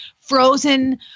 frozen